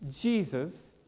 Jesus